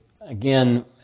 again